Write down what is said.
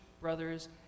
brothers